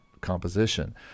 composition